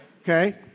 Okay